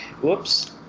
Whoops